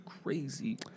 Crazy